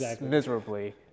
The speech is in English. miserably